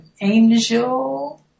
Angel